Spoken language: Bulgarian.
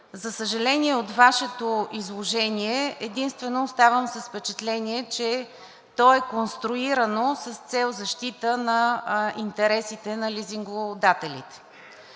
За съжаление, от Вашето изложение единствено оставам с впечатление, че то е конструирано с цел защита на интересите на лизингодателите.